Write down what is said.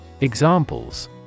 Examples